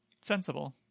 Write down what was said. sensible